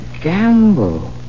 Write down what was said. Gamble